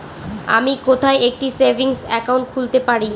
আমি কোথায় একটি সেভিংস অ্যাকাউন্ট খুলতে পারি?